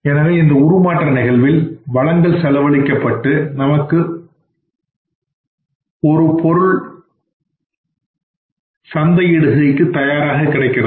எனவே இந்த உருமாற்ற நிகழ்வில் வளங்கள் செலவழிக்கப் பட்டு நமக்கு ஒரு பொருள்கள் தந்தை இடுகைக்கு தயாராக கிடைக்கின்றது